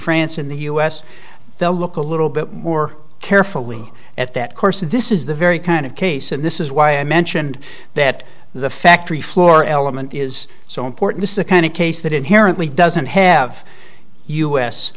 france in the u s they'll look a little bit more carefully at that course and this is the very kind of case and this is why i mentioned that the factory floor element is so important is the kind of case that inherently doesn't have u